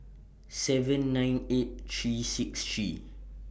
seven nine eight three six three